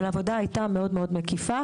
אבל העבודה הייתה מאוד מקיפה.